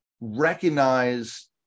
recognize